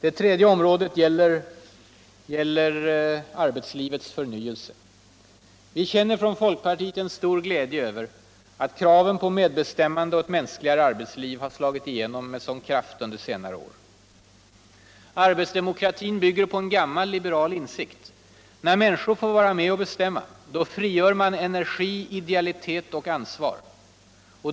Det tredje området är arbetslivets förnyelse. Vi känner från folkpartiet en stör glädje över att kraven på medbestämmande och ett mänskligare arbetsliv har slagit igenom med sådan kraft under senare år.- Arbetsdemokratin bygger på en gammal liberal insikt: När människor får vara med och bestämma frigörs energi, idealitet och ansvar.